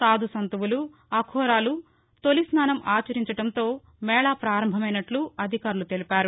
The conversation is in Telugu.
సాదు సంతులు అఖోరాలు తొలిస్నానం ఆచరించడంతో మేళా ప్రారంభమైనట్లు అధికారులు తెలిపారు